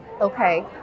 Okay